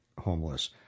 homeless